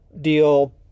deal